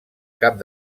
cap